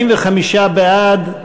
45 בעד,